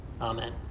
Amen